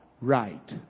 Right